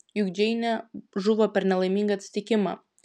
juk džeinė žuvo per nelaimingą atsitikimą